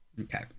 okay